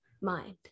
mind